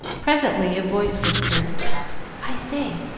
presently a voice whispered i say!